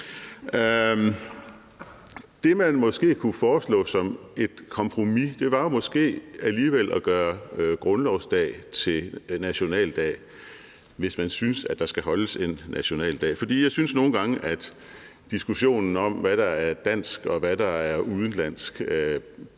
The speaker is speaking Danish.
Det, man måske kunne foreslå som et kompromis, var jo måske alligevel at gøre grundlovsdag til nationaldag, hvis man synes, at der skal holdes en nationaldag. For jeg synes nogle gange, at diskussionen om, hvad der er dansk, og hvad der er udenlandsk,